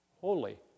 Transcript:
holy